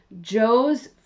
Joe's